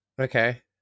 Okay